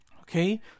Okay